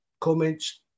comments